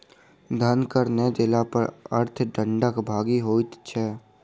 धन कर नै देला पर अर्थ दंडक भागी होइत छै